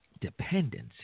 Dependency